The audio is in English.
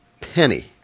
penny